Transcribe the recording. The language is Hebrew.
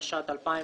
התשע"ט-2018.